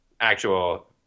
actual